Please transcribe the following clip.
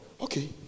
okay